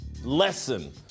lesson